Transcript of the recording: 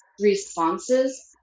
responses